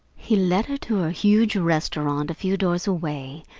he led her to a huge restaurant a few doors away,